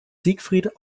siegfried